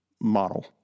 model